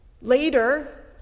Later